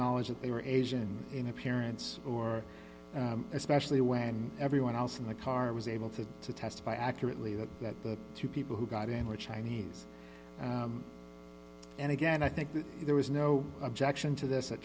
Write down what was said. knowledge that they were asian in appearance or especially when everyone else in the car was able to testify accurately that that the two people who got in were chinese and again i think that there was no objection to th